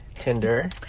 Tinder